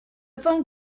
phone